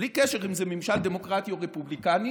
בלי קשר אם זה ממשל דמוקרטי או רפובליקני,